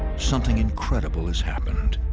something incredible has happened.